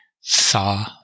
saw